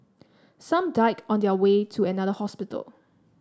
some died on their way to another hospital